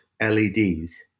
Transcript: LEDs